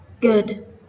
Good